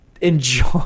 enjoy